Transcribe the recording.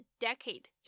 decade